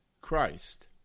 Christ